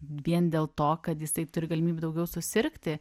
vien dėl to kad jisai turi galimybių daugiau susirgti